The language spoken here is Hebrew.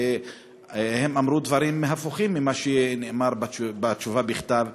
והם אמרו דברים הפוכים ממה שנאמר בתשובה בכתב,